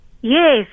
Yes